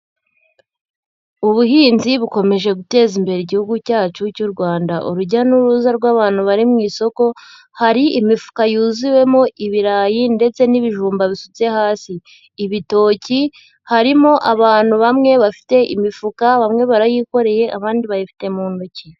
Ubuhinzi bukomeje guteza imbere igihugu cyacu cy'u Rwanda. urujya n'uruza rw'abantu bari mu isoko. Hari imifuka yuzuwemo ibirayi ndetse n'ibijumba bisutse hasi, ibitoki, harimo abantu bamwe bafite imifuka, bamwe barayikoreye, abandi bayifite mu ntoki.